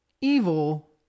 evil